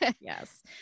Yes